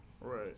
Right